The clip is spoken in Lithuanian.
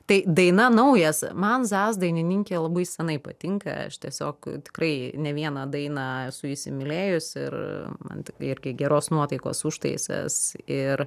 tai daina naujas man zaz dainininkė labai senai patinka aš tiesiog tikrai ne vieną dainą esu įsimylėjus ir man t irgi geros nuotaikos užtaisas ir